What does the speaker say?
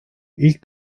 ilk